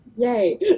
Yay